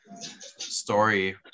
story